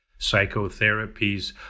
psychotherapies